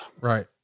right